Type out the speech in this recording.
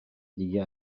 دیگه